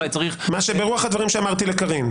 משהו ברוח הדברים שאמרתי לקארין.